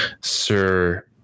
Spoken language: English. Sir